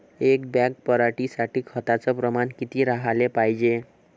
एक बॅग पराटी साठी खताचं प्रमान किती राहाले पायजे?